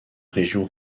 région